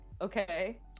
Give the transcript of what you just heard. Okay